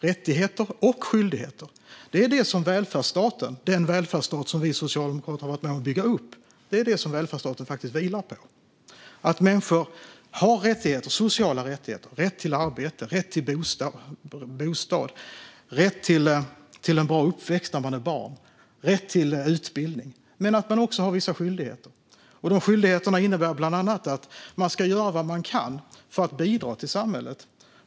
Rättigheter och skyldigheter är vad välfärdsstaten - den välfärdsstat som vi socialdemokrater har varit med om att bygga upp - vilar på. Människor ska ha sociala rättigheter, rätt till arbete, rätt till bostad, rätt till en bra uppväxt när de är barn, rätt till utbildning, men de har också vissa skyldigheter. Dessa skyldigheter innebär bland annat att man ska göra vad man kan för att bidra till samhället.